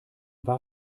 war